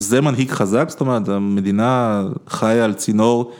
זה מנהיג חזק, זאת אומרת, המדינה חיה על צינור.